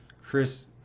Chris